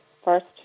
first